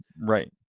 Right